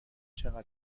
چقدر